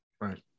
Right